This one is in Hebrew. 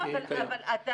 זה הכול.